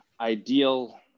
ideal